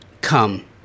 come